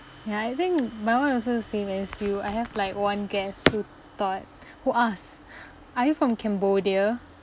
ya I think my one also the same as you I have like one guest who thought who asked are you from cambodia